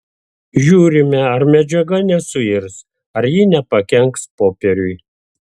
žiūrime ar medžiaga nesuirs ar ji nepakenks popieriui